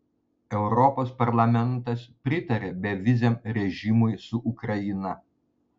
europos parlamentas pritarė beviziam režimui su ukraina